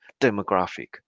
demographic